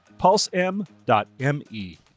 PulseM.me